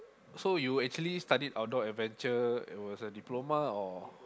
so you actually studied Outdoor Adventure it was a diploma or